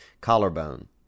Collarbone